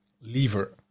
lever